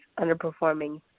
underperforming